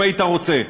אם היית רוצה.